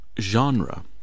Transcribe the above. genre